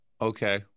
okay